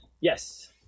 Yes